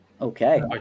okay